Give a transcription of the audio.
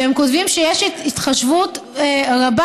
והם כותבים שיש התחשבות רבה,